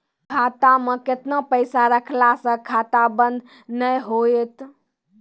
खाता मे केतना पैसा रखला से खाता बंद नैय होय तै?